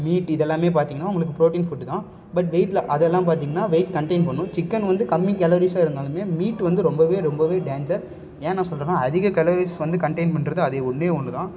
meet இதெல்லாமே பார்த்திங்கன்னா உங்களுக்கு புரோட்டீன் ஃபுட்டு தான் பட் வெயிட்டில் அதெல்லாம் பார்த்திங்கன்னா வெயிட் கண்டயின் பண்ணும் சிக்கன் வந்து கம்மி கலோரிஸாக இருந்தாலுமே மீட் வந்து ரொம்பவே ரொம்பவே டேஞ்ஜர் ஏன் நான் சொல்லுறேன்னா அதிக கலோரிஸ் வந்து கண்டயின் பண்ணுறது அதை ஒன்றே ஒன்று தான்